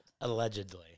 Allegedly